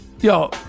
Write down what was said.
Yo